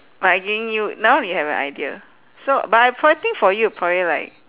but I giving you now you have an idea so but I probably think for you probably like